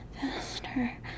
faster